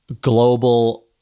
global